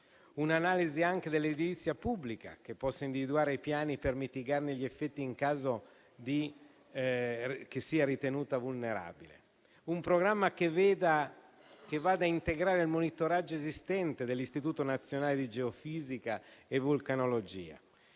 un'analisi anche dell'edilizia pubblica che possa individuare i piani per mitigarne gli effetti nel caso che sia ritenuta vulnerabile e un programma che vada a integrare il monitoraggio esistente dell'Istituto nazionale di geofisica e vulcanologia.